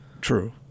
True